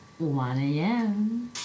1am